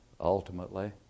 ultimately